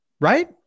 right